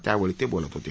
त्यावेळी ते बोलत होते